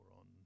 on